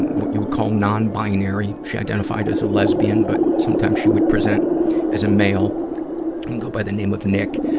what you would call non-binary. she identified as a lesbian, but sometimes she would present as a male and go by the name of nick.